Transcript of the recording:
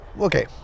okay